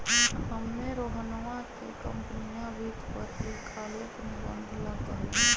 हम्मे रोहनवा के कंपनीया वित्त पर एक आलेख निबंध ला कहली